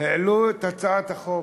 העלו את הצעת החוק.